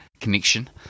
connection